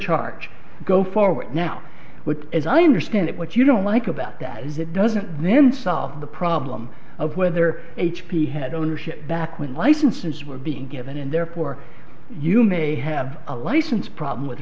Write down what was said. charge go forward now but as i understand it what you don't like about that is it doesn't then solve the problem of whether h p had ownership back when licenses were being given and they're for you may have a license problem with